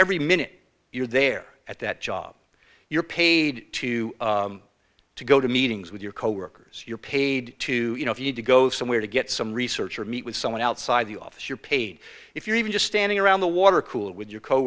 every minute you're there at that job you're paid to go to meetings with your coworkers you're paid to you know if you need to go somewhere to get some research or meet with someone outside the office you're paid if you're even just standing around the water cooler with your co